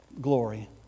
Glory